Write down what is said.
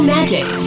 Magic